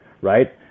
right